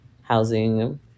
housing